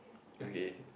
okay